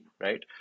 right